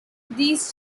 these